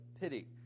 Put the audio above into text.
pity